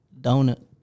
Donut